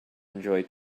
enjoy